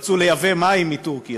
שרצו לייבא מים מטורקיה.